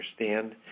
understand